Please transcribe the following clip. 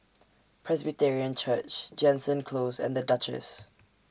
Presbyterian Church Jansen Close and The Duchess